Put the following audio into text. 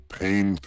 pain